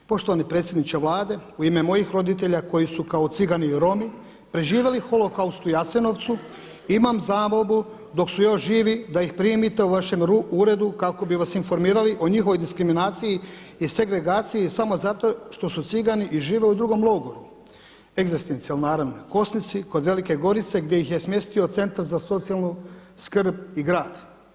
Poštovani predsjedniče Vlade u ime mojih roditelja koji su kao cigani i Romi preživjeli Holokaust u Jasenovcu imam zamolbu dok su još živi da ih primite u vašem uredu kako bi vas informirali o njihovoj diskriminaciji i segregaciji samo zato što su cigani i žive u drugom logoru, egzistencijalni naravno Kosnici kod Velike Gorice gdje ih je smjestio Centar za socijalnu skrb i grad.